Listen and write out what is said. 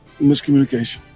miscommunication